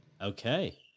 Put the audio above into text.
Okay